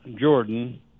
Jordan